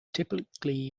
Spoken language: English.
typically